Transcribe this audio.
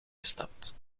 gestapt